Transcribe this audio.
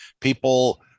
People